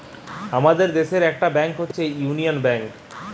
আমাদের দেশের একটা ব্যাংক হচ্ছে ইউনিয়ান ব্যাঙ্ক